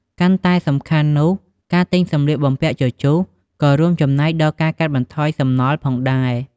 កាន់តែសំខាន់នោះ ការទិញសម្លៀកបំពាក់ជជុះក៏រួមចំណែកដល់ការកាត់បន្ថយសំណល់ផងដែរ។